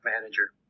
manager